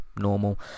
Normal